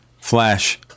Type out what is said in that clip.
Flash